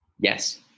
Yes